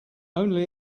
only